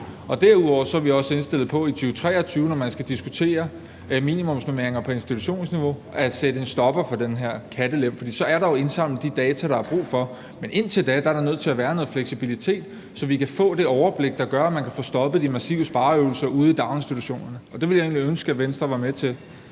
Derudover er vi også indstillet på i 2023, når man skal diskutere minimumsnormeringer på institutionsniveau, at sætte en stopper for den her kattelem, for så er der jo indsamlet de data, der er brug for. Men indtil da er der nødt til at være noget fleksibilitet, så vi kan få det overblik, der gør, at man kan få stoppet de massive spareøvelser ude i daginstitutionerne. Det ville jeg egentlig ønske at Venstre var med til.